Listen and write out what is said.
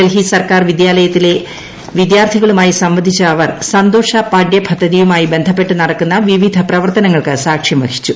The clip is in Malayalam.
ഡൽഹി സർക്കാർ വിദ്യാലയത്തിലെ വിദ്യാർത്ഥികളുമായി സംവദിച്ച അവർ സന്തോഷ പാഠ്യപദ്ധതിയുമായി ബന്ധപ്പെട്ട് നടക്കുന്ന വിവിധ പ്രവർത്തനങ്ങൾക്ക് സാക്ഷ്യം വഹിച്ചു